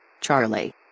Charlie